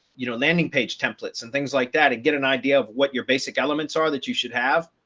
you know landing page templates and things like that and get an idea of what your basic elements are that you should have.